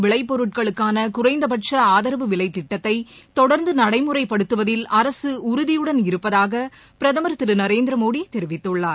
விளைப்பொருட்களுக்கானகுறைந்தபட்சஆதரவுவிலைதிட்டத்தைதொடர்ந்துநடைமுறைப்படுத்துவதில் அரசுஉறுதியுடன் இருப்பதாகபிரதமர் திரு நரேந்திரமோடிதெரிவித்துள்ளார்